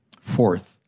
Fourth